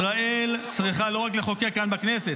ישראל צריכה לא רק לחוקק כאן בכנסת,